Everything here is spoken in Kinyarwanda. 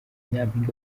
nyampinga